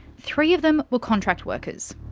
three of them were contract workers.